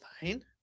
fine